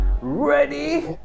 Ready